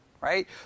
right